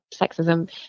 sexism